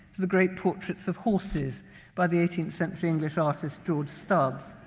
the great portraits of horses by the eighteenth century english artist george stubbs.